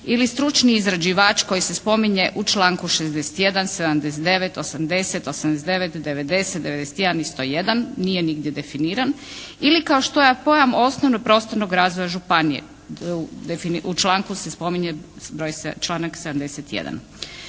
ili stručni izrađivač koji se spominje u članku 61., 79., 80., 89., 90., 91. i 101. nije nigdje definiran. Ili kao što je pojam osnovnog prostornog razvoja županije, u članku se spominje članak 71.